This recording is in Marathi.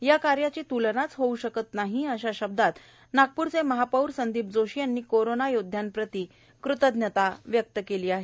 या कार्याची त्लनाच होउ शकत नाही अशा शब्दात महापौर संदीप जोशी यांनी कोरोना योद्ध्यांप्रति कृतज्ञता व्यक्त केली आहे